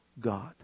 God